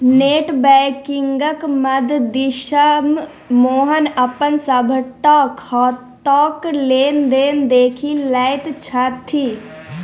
net बैंकिंगक मददिसँ मोहन अपन सभटा खाताक लेन देन देखि लैत छथि